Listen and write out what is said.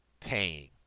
paying